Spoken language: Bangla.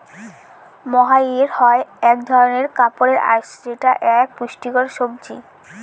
মহাইর হয় এক ধরনের কাপড়ের আঁশ যেটা এক পুষ্টিকর সবজি